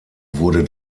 wurde